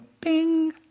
bing